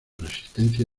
resistencia